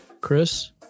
Chris